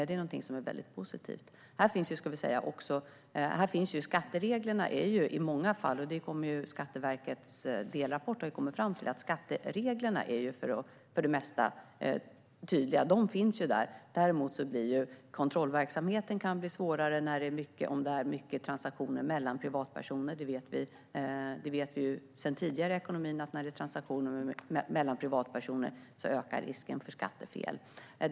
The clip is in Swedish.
Det är väldigt positivt. Skattereglerna är för det mesta tydliga. Det har också Skatteverkets delrapport kommit fram till. Däremot kan kontrollverksamheten bli svårare om det är mycket transaktioner mellan privatpersoner. Vi vet sedan tidigare att vid transaktioner mellan privatpersoner ökar risken för skattefel.